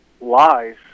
lies